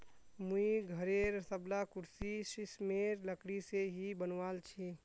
मुई घरेर सबला कुर्सी सिशमेर लकड़ी से ही बनवाल छि